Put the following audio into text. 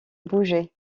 bougeaient